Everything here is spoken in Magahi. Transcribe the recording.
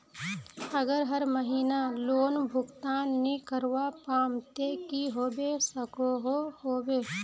अगर हर महीना लोन भुगतान नी करवा पाम ते की होबे सकोहो होबे?